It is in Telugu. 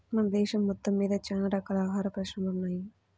మన దేశం మొత్తమ్మీద చానా రకాల ఆహార పరిశ్రమలు ఉన్నయ్